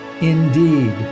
indeed